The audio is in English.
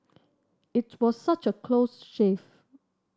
it was such a close shave